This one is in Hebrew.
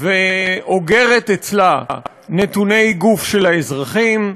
ואוגרת אצלה נתוני גוף של האזרחים.